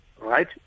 right